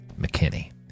McKinney